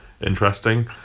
Interesting